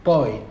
Poi